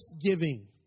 giving